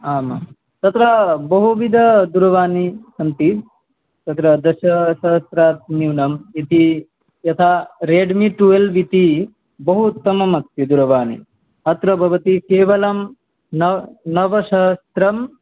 आम् आं तत्र बहुविधदूरवाण्यः सन्ति तत्र दशसहस्रात् न्यूनम् इति यथा रेड्मी टुयेल्व् इति बहु उत्तमम् अस्ति दूरवाणी अत्र भवती केवलं नवसहस्त्रम्